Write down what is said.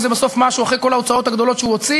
וזה שווה הרבה הרבה יותר מכסף.